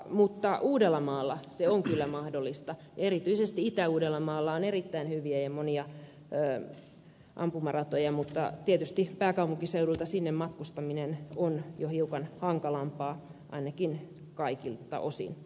mutta uudellamaalla se on kyllä mahdollista ja erityisesti itä uudellamaalla on monia erittäin hyviä ampumaratoja mutta tietysti pääkaupunkiseudulta sinne matkustaminen on jo hiukan hankalampaa ainakin joiltakin osin